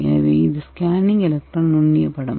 எனவே இது scanning electron நுண்ணிய படம்